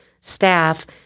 staff